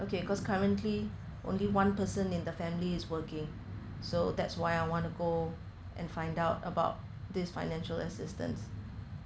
okay cause currently only one person in the family is working so that's why I want to go and find out about this financial assistance